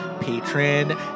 patron